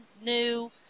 new